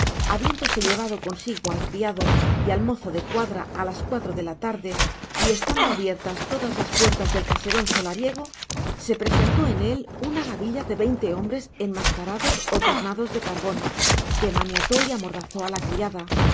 habiéndose llevado consigo al criado y al mozo de cuadra a las cuatro de la tarde y estando abiertas todas las puertas del caserón solariego se presentó en él una gavilla de veinte hombres enmascarados o tiznados de carbón que maniató y amordazó a la criada